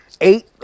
eight